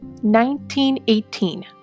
1918